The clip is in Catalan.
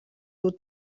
dur